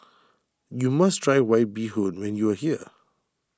you must try White Bee Hoon when you are here